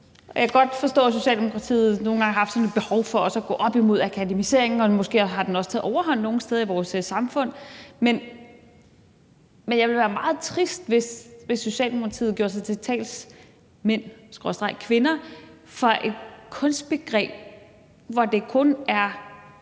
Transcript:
godt forstå, at Socialdemokratiet nogle gange har haft sådan et behov for også at gå op imod akademiseringen, og måske har den også taget overhånd nogle steder i vores samfund, men jeg ville blive meget trist, hvis Socialdemokratiet gjorde sig til talsmænd skråstreg talskvinder for et kunstbegreb, som kun er